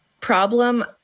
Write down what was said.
problem